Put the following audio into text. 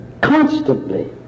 constantly